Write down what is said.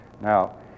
Now